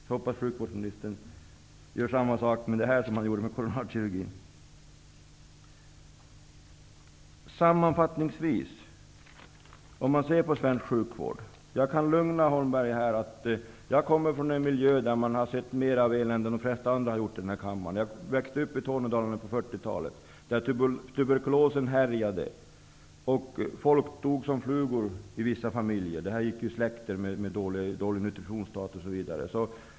Jag hoppas att sjukvårdsministern gör samma sak med detta som han gjorde med coronarkirurgin. Jag kan lugna Bo Holmberg med att jag kommer från en miljö där jag har sett mer elände än de flesta andra i den här kammaren har gjort. Jag växte upp i Tornedalen på 40-talet. Turberkolosen härjade, och folk dog som flugor i vissa familjer. Dålig nutritionsstatus osv. gick i släkten.